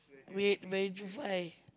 wait